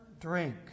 drink